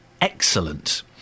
excellent